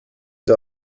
der